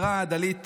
זלזלתי.